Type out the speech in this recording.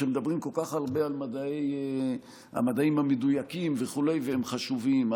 כשמדברים כל כך הרבה על המדעים המדויקים וכו' והם חשובים,